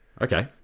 Okay